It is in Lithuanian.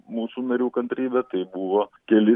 mūsų narių kantrybę tai buvo keli